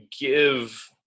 give